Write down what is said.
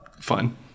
fun